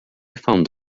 found